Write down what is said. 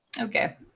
Okay